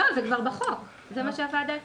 זה כבר בחוק, זה מה שהוועדה החליטה.